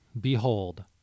Behold